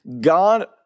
God